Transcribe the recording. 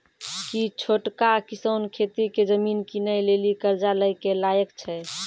कि छोटका किसान खेती के जमीन किनै लेली कर्जा लै के लायक छै?